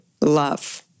love